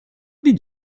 did